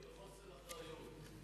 סליחה שאתם נוהגים בחוסר אחריות.